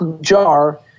jar